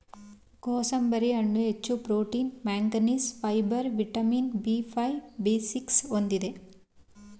gooseberry ಹಣ್ಣು ಹೆಚ್ಚು protein manganese, fibre vitamin B five, B six ಹೊಂದಿದೆ